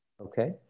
Okay